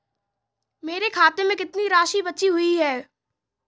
मेरे खाते में कितनी राशि बची हुई है?